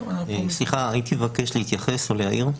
סליחה, הייתי מבקש להתייחס או להעיר.